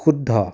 শুদ্ধ